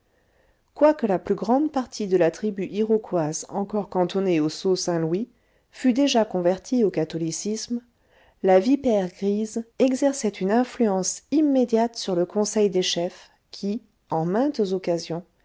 quoique la plus grande partie de la tribu iroquoise encore cantonnée au sault st louis fût déjà convertie au catholicisme la vipère grise exerçait une influence immédiate sur le conseil des chefs qui en maintes occasions